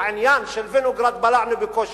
את העניין של וינוגרד בלענו בקושי,